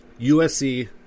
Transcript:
USC